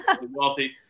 wealthy